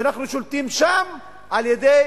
ואנחנו שולטים שם על-ידי